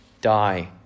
die